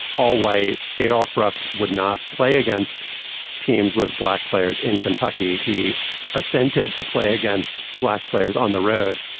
all-white adolph rupp would not play against teams with black players in kentucky. he assented to play against black players on the road,